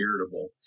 irritable